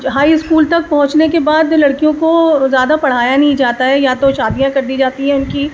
high school تک پہنچنے کے بعد لڑکیوں کو زیادہ پڑھایا نہیں جاتا ہے یا تو شادیاں کر دی جاتی ہیں ان کی